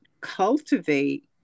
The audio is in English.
cultivate